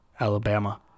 Alabama